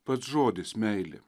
pats žodis meilė